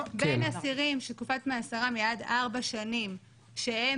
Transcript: בין אסירים שתקופת מאסרם היא עד ארבע שנים שהם